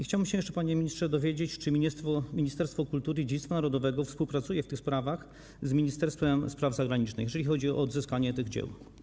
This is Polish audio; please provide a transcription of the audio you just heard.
Chciałbym jeszcze, panie ministrze, dowiedzieć się, czy Ministerstwo Kultury i Dziedzictwa Narodowego współpracuje w tych sprawach z Ministerstwem Spraw Zagranicznych, jeżeli chodzi o odzyskanie tych dzieł?